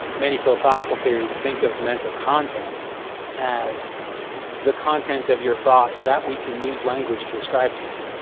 many philosophical theories think of mental content as the content of your thoughts that we can use language to ascribe to you.